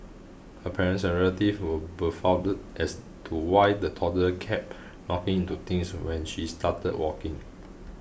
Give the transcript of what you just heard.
her parents and relatives were befuddled as to why the toddler kept knocking into things when she started walking